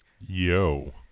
Yo